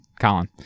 Colin